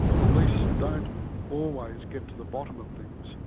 police don't always get to the bottom of things.